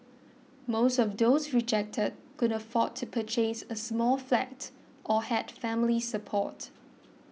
most of those rejected could afford to purchase a small flat or had family support